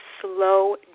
slow